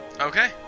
Okay